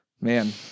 Man